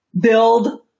build